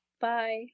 Bye